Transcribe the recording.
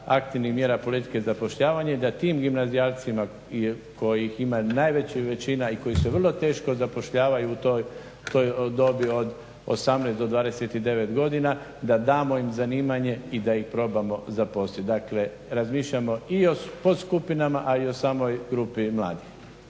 aktivnih mjera politike i zapošljavanje je da tim gimnazijalcima kojih ima najveća većina i koji se vrlo teško zapošljavaju u toj dobi od 18 do 29 godina, da damo im zanimanje i da ih probamo zaposlit. Dakle, razmišljamo i o podskupinama, a i o samoj grupi mladih.